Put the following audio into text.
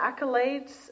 accolades